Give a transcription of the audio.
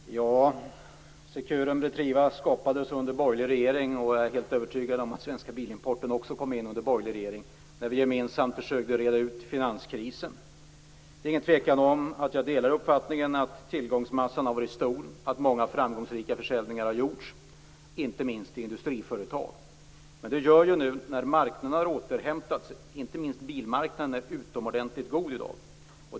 Fru talman! Securum och Retriva skapades under borgerlig regering. Jag är helt övertygad om att Svenska Bilimporten också kom in under borgerlig regering när vi gemensamt försökte reda ut finanskrisen. Det är ingen tvekan om att jag delar uppfattningen att tillgångsmassan har varit stor och att många framgångsrika försäljningar har gjorts - inte minst till industriföretag. Men nu har marknaden återhämtat sig. Inte minst bilmarknaden är utomordentligt god i dag.